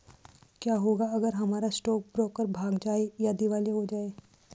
क्या होगा अगर हमारा स्टॉक ब्रोकर भाग जाए या दिवालिया हो जाये?